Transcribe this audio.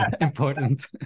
important